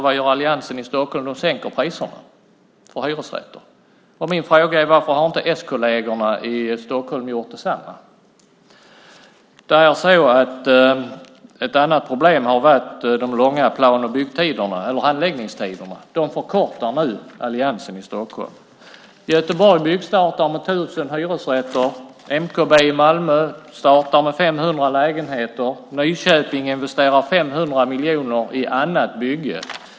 Vad gör alliansen i Stockholm? De sänker priserna för hyresrätter. Min fråga är: Varför har inte s-kollegerna i Stockholm gjort detsamma? Ett annat problem har varit de långa handläggningstiderna. De förkortar nu alliansen i Stockholm. Göteborg byggstartar med 1 000 hyresrätter. MKB i Malmö startar med 500 lägenheter. Nyköping investerar 500 miljoner i annat bygge.